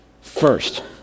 first